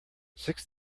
six